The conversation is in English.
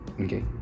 Okay